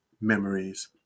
memories